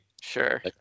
Sure